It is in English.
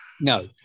No